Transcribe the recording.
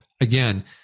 Again